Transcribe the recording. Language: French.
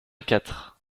quatre